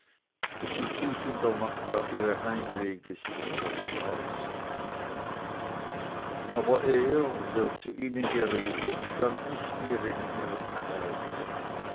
sie tief in der nacht auf ihre heimwege sich zerstreuten aber er der zu ihnen geredet stand nicht mehr in ihrem kreise